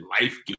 life